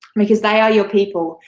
because they are your people.